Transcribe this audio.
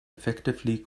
effectively